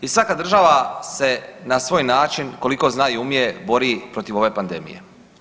I svaka država se na svoj način koliko zna i umije bori protiv ove pandemije.